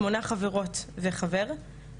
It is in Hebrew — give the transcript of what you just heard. שמונה חברות וחבר,